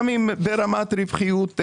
גם אם ברמת רווחיות קלה.